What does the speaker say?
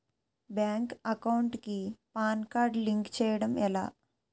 Bank account కి PAN card link చేయడం ఎలా?